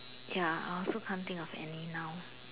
ya I also can't think of any now